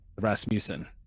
Rasmussen